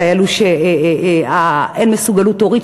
כאלה שאין שם מסוגלות הורית,